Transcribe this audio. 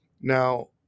Now